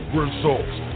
results